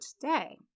today